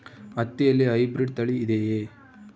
ಹತ್ತಿಯಲ್ಲಿ ಹೈಬ್ರಿಡ್ ತಳಿ ಇದೆಯೇ?